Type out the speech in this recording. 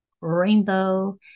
rainbow